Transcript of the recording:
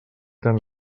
tan